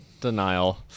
Denial